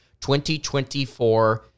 2024